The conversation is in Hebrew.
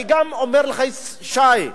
אני גם אומר לך, שי.